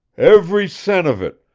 ev'ry cent of it.